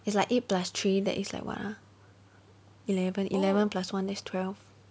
it's like eight plus three that is like what ah eleven eleven plus one that's twelve